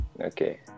Okay